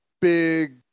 big